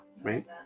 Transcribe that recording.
Right